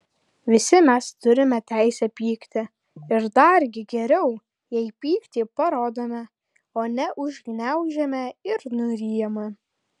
visi mes turime teisę pykti ir dargi geriau jei pyktį parodome o ne užgniaužiame ir nuryjame